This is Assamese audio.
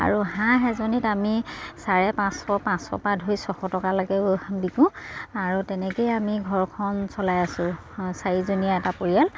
আৰু হাঁহ এজনীত আমি চাৰে পাঁচশ পাঁচশ পা ধৰি ছশ টকালেকে বিকোঁ আৰু তেনেকেই আমি ঘৰখন চলাই আছোঁ চাৰিজনীয়া এটা পৰিয়াল